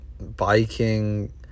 biking